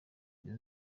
izo